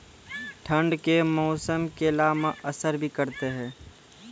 ठंड के मौसम केला मैं असर भी करते हैं?